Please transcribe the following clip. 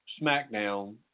SmackDown